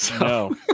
No